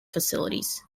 facilities